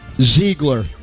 Ziegler